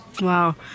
Wow